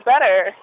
better